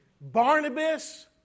Barnabas